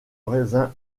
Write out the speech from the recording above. raisin